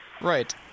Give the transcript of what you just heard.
Right